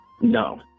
No